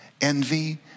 envy